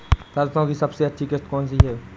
सरसो की सबसे अच्छी किश्त कौन सी है?